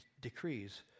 decrees